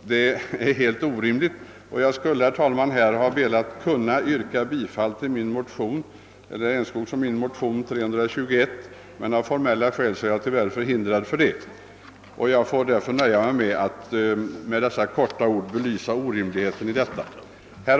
detta är helt orimligt, och jag skulle önska att jag kunde yrka bifall till herr Enskogs och min motion II: 321, men av formella skäl är jag tyvärr förhindrad att göra det. Jag har därför fått inskränka mig till att med dessa få ord belysa det orimliga i systemet.